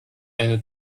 eine